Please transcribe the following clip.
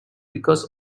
because